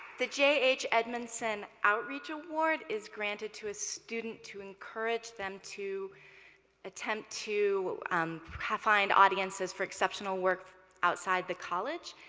the j h. edmondson outreach award is granted to a student to encourage them to attempt to um yeah find audiences for exceptional work outside the college.